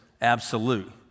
absolute